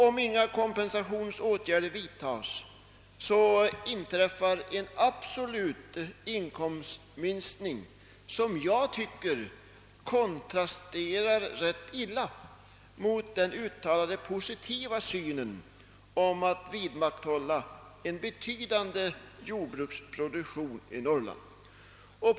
Om inga kompensationsåtgärder vidtas inträffar en absolut inkomstminskning, som jag tycker kontrasterar rätt skarpt mot den positiva syn på vidmakthållandet av en betydande jordbruksproduktion i Norrland som han givit uttryck åt.